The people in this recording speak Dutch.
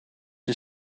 een